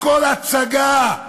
הכול הצגה.